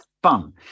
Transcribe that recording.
fun